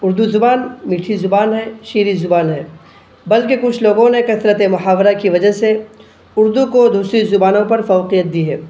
اردو زبان میٹھی زبان ہے شیریں زبان ہے بلکہ کچھ لوگوں نے کثرت محاورہ کی وجہ سے اردو کو دوسری زبانوں پر فوقیت دی ہے